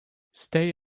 stay